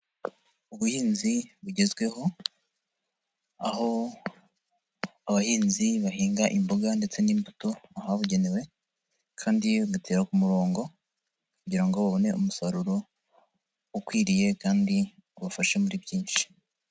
Ubuhinzi bugezweho, aho abahinzi bahinga imboga ndetse n'imbuto zabugenewe kandi bagatera ku murongo kugira ngo babone umusaruro ukwiriye kandi ubafashe muri byinshi.